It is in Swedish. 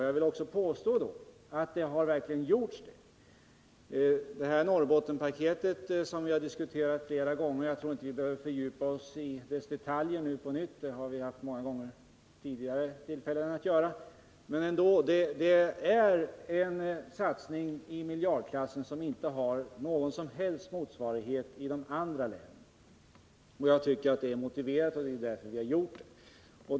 Jag vill också påstå att det verkligen har gjorts speciella insatser. Vi har diskuterat Norrbottenpaketet flera gånger, och jag tror inte att vi behöver fördjupa oss i dess detaljer nu, eftersom vi har haft många tidigare tillfällen att göra det. Men det paketet innebär en satsning i miljardklassen, som inte har någon som helst motsvarighet i de andra länen. Jag tycker att den satsningen är motiverad, och det är därför vi har gjort den.